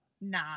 Nah